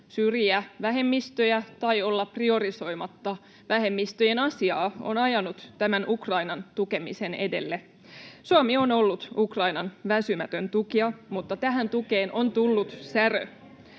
syrjiä vähemmistöjä tai olla priorisoimatta vähemmistöjen asiaa on ajanut Ukrainan tukemisen edelle. Suomi on ollut Ukrainan väsymätön tukija, mutta tähän tukeen on tullut särö.